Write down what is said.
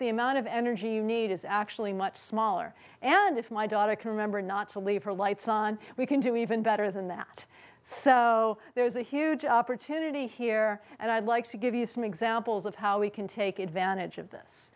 the amount of energy you need is actually much smaller and if my daughter can remember not to leave her lights on we can do even better than that so there's a huge opportunity here and i'd like to give you some examples of how we can take advantage of this